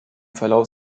verlauf